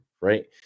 right